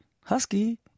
Husky